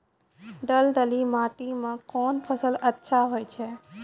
दलदली माटी म कोन फसल अच्छा होय छै?